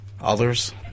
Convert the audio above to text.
others